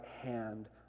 hand